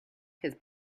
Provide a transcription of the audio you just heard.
his